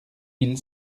mille